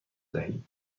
دهید